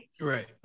Right